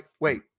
wait